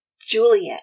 Juliet